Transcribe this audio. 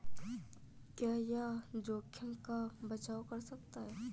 क्या यह जोखिम का बचाओ करता है?